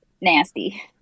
nasty